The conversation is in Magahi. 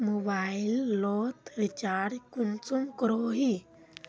मोबाईल लोत रिचार्ज कुंसम करोही?